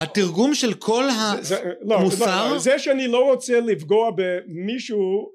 התרגום של כל המוסר זה שאני לא רוצה לפגוע במישהו